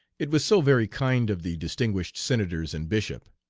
it was so very kind of the distinguished senators and bishop.